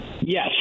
Yes